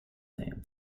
fame